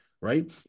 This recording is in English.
right